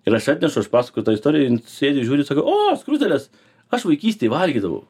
ir aš atnešu aš pasakoju tą istoriją jin sėdi žiūri sako o skruzdėlės aš vaikystėj valgydavau